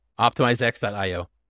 OptimizeX.io